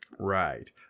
Right